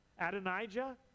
Adonijah